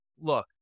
look